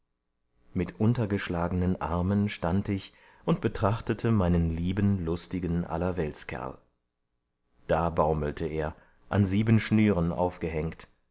mit untergeschlagenen armen stand ich und betrachtete meinen lieben lustigen allerweltskerl da baumelte er an sieben schnüren aufgehenkt